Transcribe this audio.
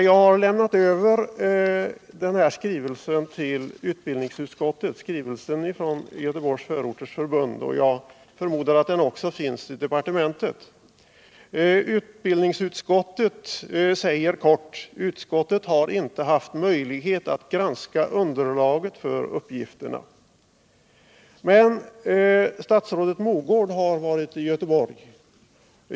Jag har lämnat över skrivelsen från Göteborgs förorters förbund till utbildningsutskottet, och jag förmodar att den också finns i utbildningsdepartementet. Utbildningsutskottet säger: ”Utskottet har inte haft möjlighet alt granska underlaget för uppgifterna.” Men statsrådet Mogård har varit i Göteborg.